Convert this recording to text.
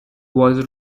was